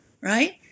right